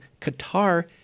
Qatar